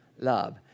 love